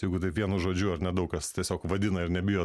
jeigu taip vienu žodžiu ar ne daug kas tiesiog vadina ir nebijo